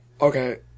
Okay